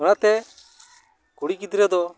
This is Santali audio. ᱚᱱᱟᱛᱮ ᱠᱩᱲᱤ ᱜᱤᱫᱽᱨᱟᱹ ᱫᱚ